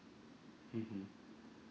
mmhmm